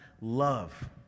love